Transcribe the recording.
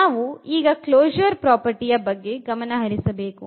ನಾವು ಈಗ ಕ್ಲೊಶೂರ್ ಪ್ರಾಪರ್ಟಿಯ ಬಗ್ಗೆ ಗಮನ ಹರಿಸಬೇಕು